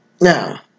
Now